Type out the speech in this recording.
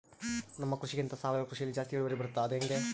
ನಮ್ಮ ಕೃಷಿಗಿಂತ ಸಾವಯವ ಕೃಷಿಯಲ್ಲಿ ಜಾಸ್ತಿ ಇಳುವರಿ ಬರುತ್ತಾ ಅದು ಹೆಂಗೆ?